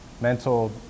mental